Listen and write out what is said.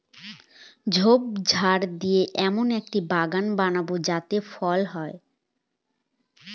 ঝোপঝাড় দিয়ে এমন একটা বাগান বানাবো যাতে ফল হয়